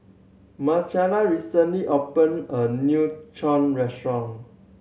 Marcela recently opened a new restaurant